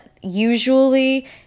usually